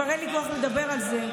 כבר אין לי כוח לדבר על זה,